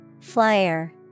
Flyer